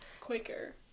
Quicker